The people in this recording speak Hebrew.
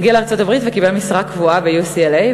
הוא הגיע לארצות-הברית וקיבל משרה קבועה ב-UCLA,